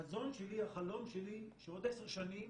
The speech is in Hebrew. החלום שלי שעוד עשר שנים